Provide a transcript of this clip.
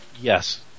Yes